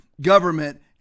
government